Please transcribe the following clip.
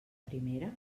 primera